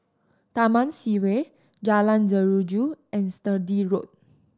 Taman Sireh Jalan Jeruju and Sturdee Road